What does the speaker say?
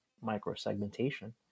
micro-segmentation